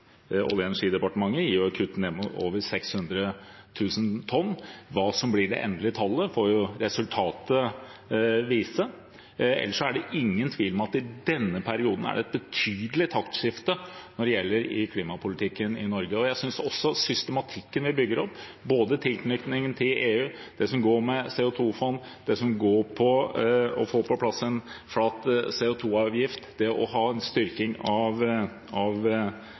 Olje- og energidepartementet, gir et kutt på over 600 000 tonn. Hva som blir det endelige tallet, får resultatet vise. Ellers er det ingen tvil om at i denne perioden er det et betydelig taktskifte når det gjelder klimapolitikken i Norge. Jeg synes også systematikken vi bygger opp, med tanke på både tilknytningen til EU, det som går på CO 2 -fond, det som går på å få på plass en flat CO 2 -avgift, det å ha en styrking av